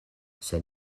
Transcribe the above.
sed